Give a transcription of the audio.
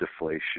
deflation